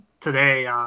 today